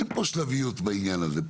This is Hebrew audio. אין פה שלביות בעניין הזה.